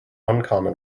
uncommon